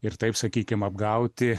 ir taip sakykim apgauti